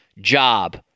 job